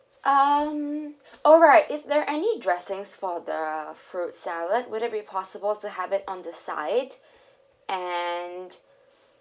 um alright if there any dressings for the fruit salad would it be possible to have it on the side and